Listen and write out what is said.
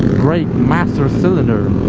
brake master cylinder